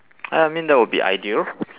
uh I mean that will be ideal